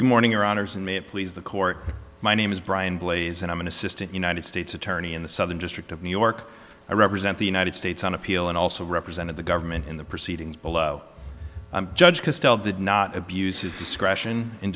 good morning or honors and may have please the court my name is brian blaze and i'm an assistant united states attorney in the southern district of new york i represent the united states on appeal and also represented the government in the proceedings below judge cristol did not abuse his discretion in